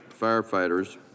firefighters